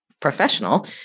professional